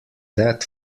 that